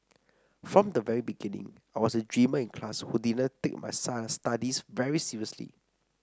from the very beginning I was a dreamer in class who didn't take my sun studies very seriously